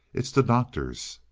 it's the doctor's.